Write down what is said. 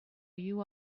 you